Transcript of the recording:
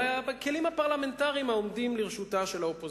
בכלים הפרלמנטריים העומדים לרשותה של האופוזיציה.